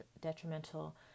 detrimental